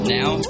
now